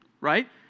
right